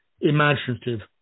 imaginative